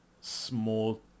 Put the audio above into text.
small